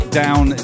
down